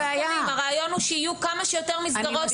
הרעיון הוא שיהיו כמה שיותר מסגרות,